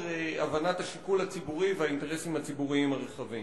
הבנת השיקול הציבורי והאינטרסים הציבוריים הרחבים.